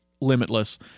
limitless